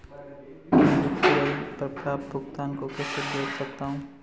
मैं यू.पी.आई पर प्राप्त भुगतान को कैसे देख सकता हूं?